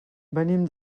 venim